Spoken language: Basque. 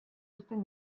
uzten